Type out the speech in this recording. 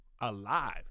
alive